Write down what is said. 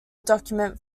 document